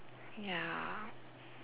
ya